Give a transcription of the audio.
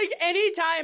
anytime